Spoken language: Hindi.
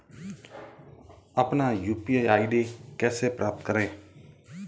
अपना यू.पी.आई आई.डी कैसे प्राप्त करें?